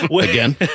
Again